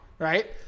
Right